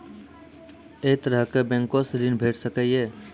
ऐ तरहक बैंकोसऽ ॠण भेट सकै ये?